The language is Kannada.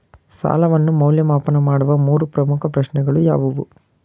ಸಾಲವನ್ನು ಮೌಲ್ಯಮಾಪನ ಮಾಡುವ ಮೂರು ಪ್ರಮುಖ ಪ್ರಶ್ನೆಗಳು ಯಾವುವು?